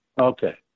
Okay